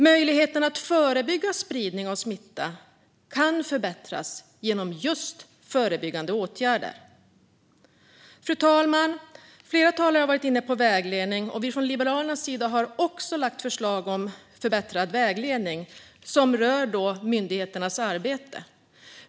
Möjligheten att förebygga spridning av smitta kan förbättras genom förebyggande åtgärder. Fru talman! Flera talare har varit inne på vägledning. Vi i Liberalerna har också lagt fram förslag om förbättrad vägledning. De rör myndigheternas arbete.